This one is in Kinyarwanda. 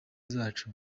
zacu